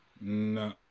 No